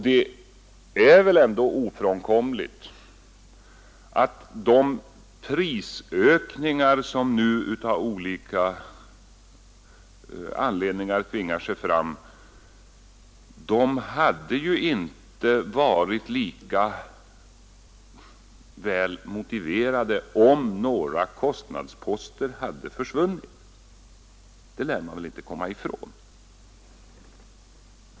Det är väl ändå ofrånkomligt att de prisökningar som nu av olika anledningar tvingar sig fram inte hade varit lika väl motiverade om några kostnadsposter hade försvunnit; det lär man inte komma ifrån.